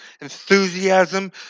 enthusiasm